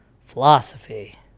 philosophy